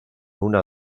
una